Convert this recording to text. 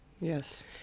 Yes